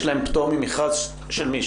יש להם פטור ממכרז של מי?